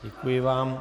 Děkuji vám.